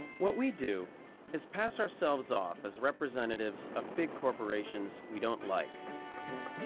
what we do is pass ourselves off as representatives of big corporations we don't like.